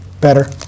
better